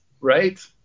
Right